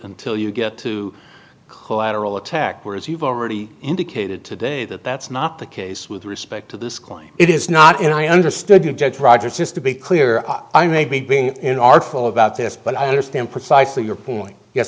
until you get to collateral attack where as you've already indicated today that that's not the case with respect to this claim it is not and i understood you to judge rogers just to be clear i may be being in artful about this but i understand precisely your point yes